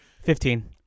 Fifteen